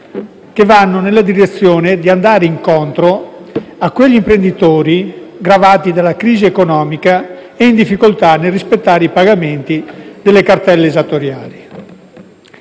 che vanno nella direzione di andare incontro a quegli imprenditori gravati della crisi economica e in difficoltà nel rispettare i pagamenti delle cartelle esattoriali.